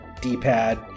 d-pad